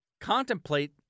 contemplate